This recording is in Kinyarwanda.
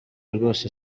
rwose